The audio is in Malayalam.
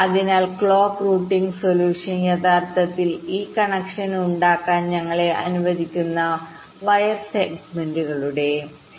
അതിനാൽ ക്ലോക്ക് റൂട്ടിംഗ് സൊല്യൂഷൻ യഥാർത്ഥത്തിൽ ഈ കണക്ഷൻ ഉണ്ടാക്കാൻ ഞങ്ങളെ അനുവദിക്കുന്ന വയർ സെഗ്മെന്റുകളുടെ കൂട്ടമാണ്